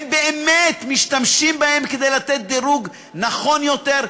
באמת משתמשים בהם כדי לתת דירוג נכון יותר,